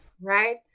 Right